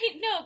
No